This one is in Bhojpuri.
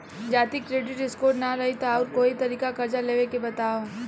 जदि क्रेडिट स्कोर ना रही त आऊर कोई तरीका कर्जा लेवे के बताव?